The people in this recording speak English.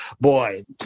boy